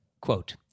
quote